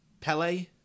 Pele